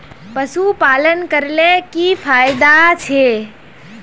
पशुपालन करले की की फायदा छे?